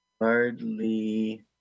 hardly